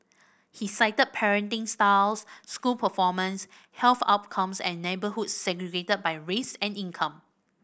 he cited parenting styles school performance health outcomes and neighbourhoods segregated by race and income